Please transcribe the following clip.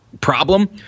problem